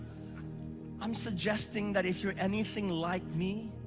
i'm suggesting that if you're anything like me,